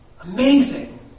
Amazing